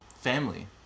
family